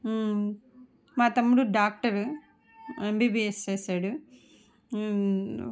మా తమ్ముడు doctor MBBS చేసాడు